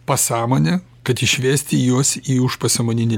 pasąmonę kad išvesti juos į užpasąmoninį